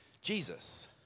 Jesus